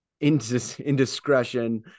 indiscretion